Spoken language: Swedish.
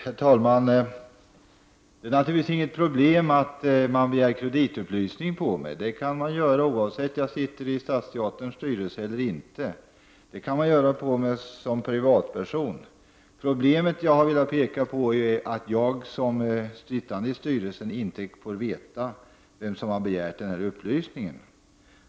Herr talman! Det är naturligtvis inget problem att någon begär kreditupplysning på mig. Det kan man göra oavsett om jag sitter i Stadsteaterns styrelse eller inte. Det kan man göra på mig som privatperson. Det problem jag har velat peka på är att jag som styrelsemedlem inte får veta vem som har begärt upplysningen.